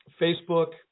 Facebook